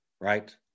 right